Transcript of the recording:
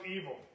evil